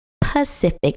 Pacific